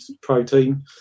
protein